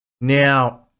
Now